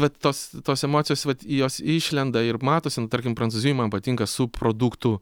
vat tos tos emocijos vat jos išlenda ir matosi nu tarkim prancūzijoj man patinka subproduktų